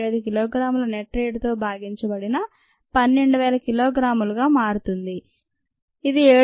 75 కిలోగ్రాముల నెట్ రేటుతో భాగించబడిన 12000 కిగ్రాలుగా మారుతుంది ఇది 761